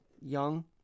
young